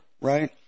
right